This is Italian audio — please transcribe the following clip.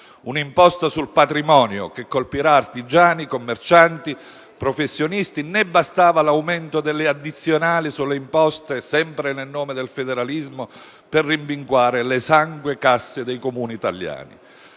una imposta sul patrimonio che colpirà artigiani, commercianti, professionisti; né bastava l'aumento delle addizionali sulle imposte, sempre nel nome del federalismo, per rimpinguare le esangue casse dei Comuni italiani.